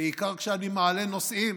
בעיקר כשאני מעלה נושאים